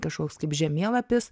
kažkoks kaip žemėlapis